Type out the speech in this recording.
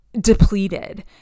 depleted